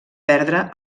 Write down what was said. perdre